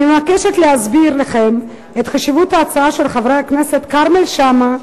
אני מבקשת להסביר לכם את חשיבות ההצעה של חברי הכנסת כרמל שאמה,